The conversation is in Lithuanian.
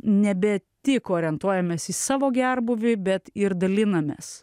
nebe tik orientuojamės į savo gerbūvį bet ir dalinamės